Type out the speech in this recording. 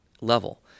level